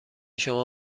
شما